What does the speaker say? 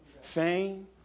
Fame